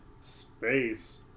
space